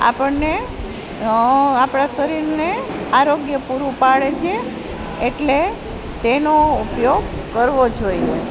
આપણને આપણાં શરીરને આરોગ્ય પૂરું પાડે છે એટલે તેનો ઉપયોગ કરવો જોઈએ